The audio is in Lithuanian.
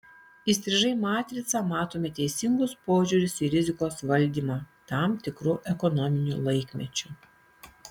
įstrižai matricą matome teisingus požiūrius į rizikos valdymą tam tikru ekonominiu laikmečiu